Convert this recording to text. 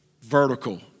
vertical